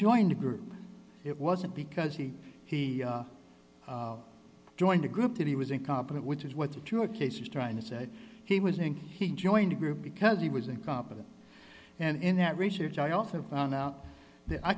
joined the group it wasn't because he he joined a group that he was incompetent which is what your case is trying to say he was in he joined a group because he was incompetent and in that research i also found out that i